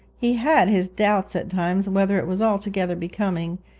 he had his doubts at times whether it was altogether becoming,